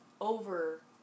over